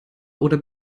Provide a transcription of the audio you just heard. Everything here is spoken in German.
oder